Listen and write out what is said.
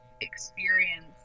experience